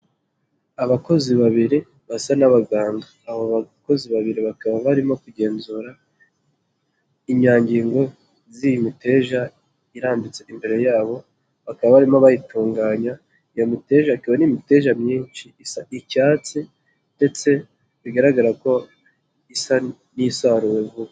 Abakozi babiri basa n'abaganga, abo bakozi babiri bakaba barimo kugenzura inyangingo z'iyi miteja irambitse imbere yabo bakaba barimo bayitunganya, iyo miteja ikaba ari imiteja myinshi icyatsi ndetse bigaragara ko isa n'isaruwe vuba.